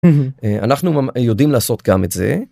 אנחנו יודעים לעשות גם את זה.